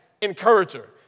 encourager